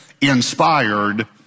inspired